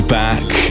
back